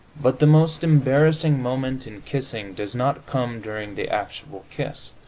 but the most embarrassing moment, in kissing, does not come during the actual kiss